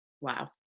Wow